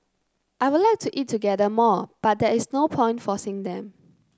I would like to eat together more but there is no point forcing them